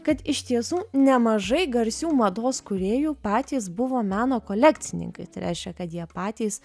kad iš tiesų nemažai garsių mados kūrėjų patys buvo meno kolekcininkai tai reiškia kad jie patys